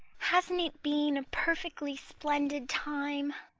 hasn't it been a perfectly splendid time?